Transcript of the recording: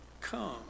come